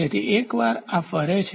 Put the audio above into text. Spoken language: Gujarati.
તેથી એકવાર આ ફરે છે